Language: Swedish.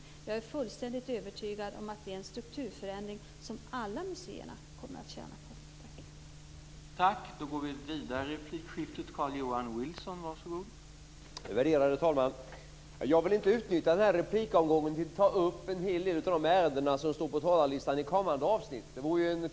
Jag är fullständigt övertygad om att det är en strukturförändring som alla museerna kommer att tjäna på.